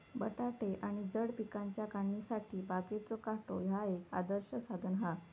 बटाटे आणि जड पिकांच्या काढणीसाठी बागेचो काटो ह्या एक आदर्श साधन हा